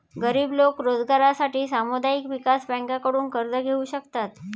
गरीब लोक रोजगारासाठी सामुदायिक विकास बँकांकडून कर्ज घेऊ शकतात